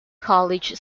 college